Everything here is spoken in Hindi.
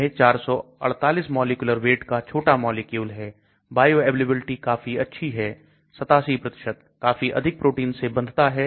यह 448 मॉलिक्यूलर वेट का छोटा मॉलिक्यूल है बायोअवेलेबिलिटी काफी अच्छी है 87 काफी अधिक प्रोटीन से बांधता है